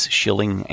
shilling